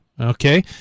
Okay